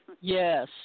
Yes